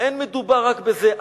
אין מדובר רק בזה,